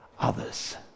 others